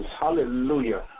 Hallelujah